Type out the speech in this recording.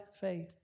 faith